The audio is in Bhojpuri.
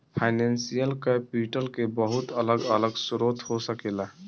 फाइनेंशियल कैपिटल के बहुत अलग अलग स्रोत हो सकेला